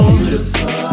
beautiful